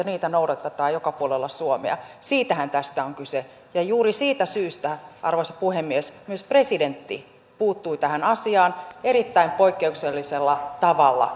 niitä noudatetaan joka puolella suomea siitähän tässä on kyse juuri siitä syystä arvoisa puhemies myös presidentti puuttui tähän asiaan erittäin poikkeuksellisella tavalla